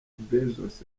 bezos